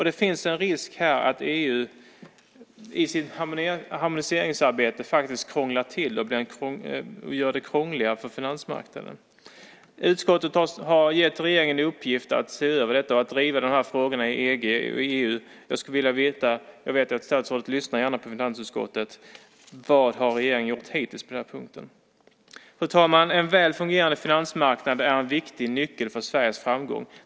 Det finns en risk här att EU i sitt harmoniseringsarbete gör det krångligare för finansmarknaden. Utskottet har gett regeringen i uppgift att se över detta och att driva dessa frågor i EU. Jag skulle vilja veta - jag vet att statsrådet gärna lyssnar på finansutskottet - vad regeringen hittills har gjort på den här punkten. Fru talman! En väl fungerande finansmarknad är en viktig nyckel för Sveriges framgång.